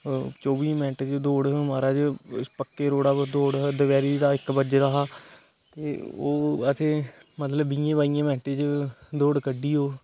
चौवी मिन्टे च दौड़ ही महाराज पक्के रौंडे उप्पर दौड़ ही दपैहरी दा इक बजे दा हा ते ओह् आसें मतलब बिंहे बाइयै मिन्टे च दौड़ कड्ढी ओह्